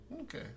Okay